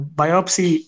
biopsy